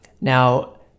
Now